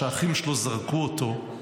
שהאחים שלו זרקו אותו אליו,